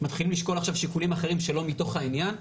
מתחילים לשקול עכשיו שיקולים אחרים שלא מתוך העניין.